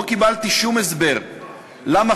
לא קיבלתי שום הסבר למה.